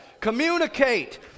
Communicate